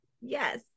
Yes